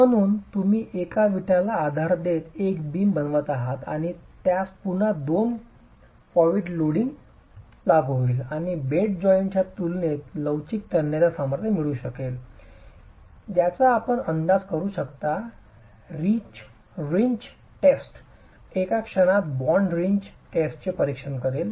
म्हणूनच तुम्ही एकाच विटाला आधार देत एक बिम बनवत आहात आणि त्यास पुन्हा 2 पॉवीट लोडिंग लागू होईल आणि बेड जॉइंटच्या तुलनेत लवचिक तन्यता सामर्थ्य असू शकेल ज्याचा आपण अंदाज करू शकता रिंच टेस्ट एका क्षणात बॉन्ड रिंच टेस्टचे परीक्षण करेल